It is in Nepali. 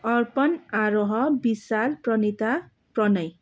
अर्पण आरोह विशाल प्रनिता प्रणय